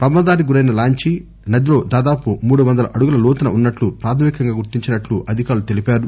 ప్రమాదానికి గురైన లాంచీ నదిలో దాదాపు మూడు వందల అడుగుల లోతున ఉన్నట్లు ప్రాథమికంగా గుర్తించినట్లు అధికారులు తెలిపారు